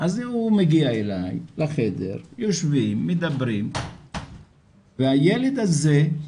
אז הוא מגיע אלי לחדר, יושבים, מדברים והילד הזה,